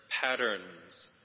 patterns